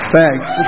Thanks